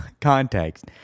context